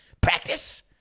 Practice